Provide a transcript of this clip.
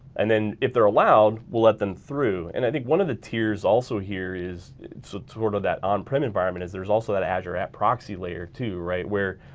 and then if they're allowed we'll let them through. and i think one of the tiers also here is sort of that on-prem environment, is there's also that azure app proxy layer to right where,